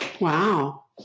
Wow